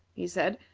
he said,